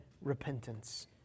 repentance